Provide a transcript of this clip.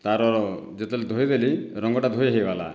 ତା'ର ଯେତେବେଳେ ଧୋଇଦେଲି ରଙ୍ଗଟା ଧୋଇ ହୋଇଗଲା